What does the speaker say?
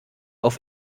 auf